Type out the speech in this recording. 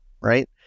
right